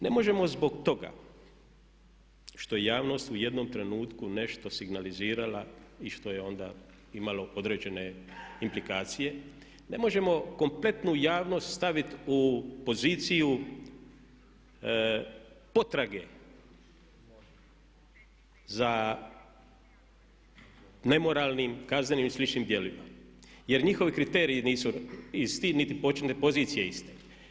Ne možemo zbog toga što je javnost u jednom trenutku nešto signalizirala i što je onda imalo određene implikacije, ne možemo kompletnu javnost stavit u poziciju potrage za nemoralnim, kaznenim i sličnim djelima jer njihovi kriteriji nisu isti niti početne pozicije iste.